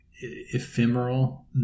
ephemeral